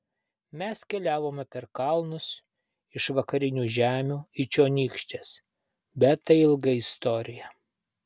mes keliavome per kalnus iš vakarinių žemių į čionykštes bet tai ilga istorija